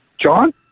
John